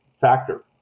factor